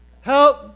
help